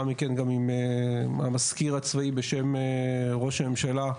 מכן עם המזכיר הצבאי בשם ראש הממשלה,